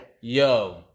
Yo